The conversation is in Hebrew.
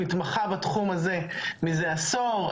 מתמחה בתחום הזה מזה עשור.